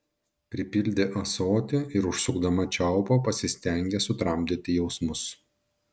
pripildė ąsotį ir užsukdama čiaupą pasistengė sutramdyti jausmus